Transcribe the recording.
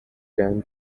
began